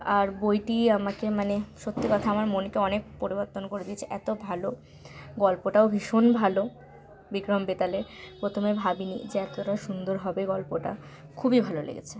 আর বইটি আমাকে মানে সত্যি কথা আমার মনকে অনেক পরিবর্তন করে দিয়েছে এতো ভালো গল্পটাও ভীষণ ভালো বিক্রম বেতালের প্রথমে ভাবি নি যে এতোটা সুন্দর হবে গল্পটা খুবই ভালো লেগেছে